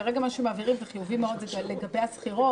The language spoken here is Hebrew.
כרגע משמעבירים וזה חיובי מאוד, זה לגבי השכירות.